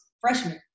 freshman